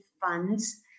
funds